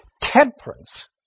Temperance